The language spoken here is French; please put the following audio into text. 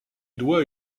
doit